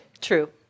True